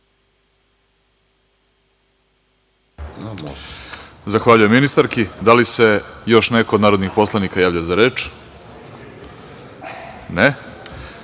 Zahvaljujem ministarki. Da li se još neko od narodnih poslanika javlja za reč? Ne.U